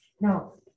no